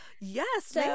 yes